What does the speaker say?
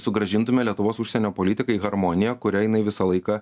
sugrąžintume lietuvos užsienio politikai harmoniją kuria jinai visą laiką